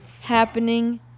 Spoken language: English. happening